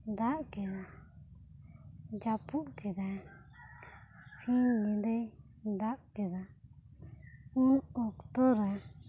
ᱫᱟᱜ ᱠᱮᱫᱟ ᱡᱟᱹᱯᱩᱫ ᱠᱮᱫᱟ ᱥᱤᱧ ᱧᱤᱸᱫᱟᱭ ᱫᱟᱜ ᱠᱮᱫᱟ ᱩᱱ ᱚᱠᱛᱚ ᱨᱮ